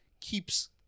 keeps